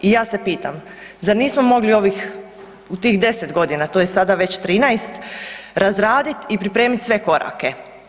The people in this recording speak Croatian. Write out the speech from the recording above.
I ja se pitam zar nismo mogli ovih, u tih 10 godina to je sada već 13 razraditi i pripremiti sve korake.